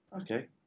Okay